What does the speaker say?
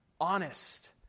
honest